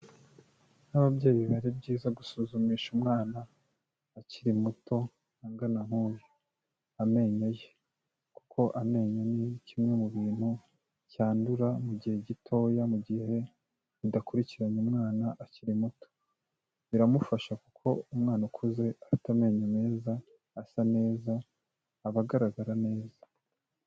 Nk'ababyeyi biba byiza gusuzumisha umwana ukiri muto ungana nk'uyu amenyo ye, Kuko amenyo ni kimwe mu bintu cyandura mu gihe gitoya, mu gihe udakurikiranye umwana akiri muto. Biramufasha kuko umwana ukuze afite amenyo meza, asa neza, aba agaragara neza.